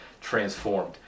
transformed